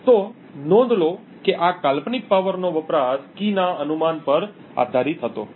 તો નોંધ લો કે આ કાલ્પનિક પાવરનો વપરાશ કી ના અનુમાન પર આધારિત હતો